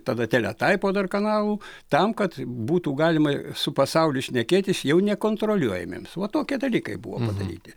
tada teletaipo dar kanalų tam kad būtų galima su pasauliu šnekėtis jau nekontroliuojamiems va tokie dalykai buvo padaryti